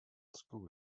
school